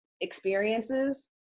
experiences